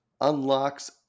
unlocks